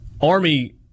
Army